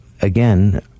again